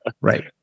Right